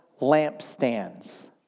lampstands